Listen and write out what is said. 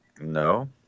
No